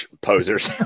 posers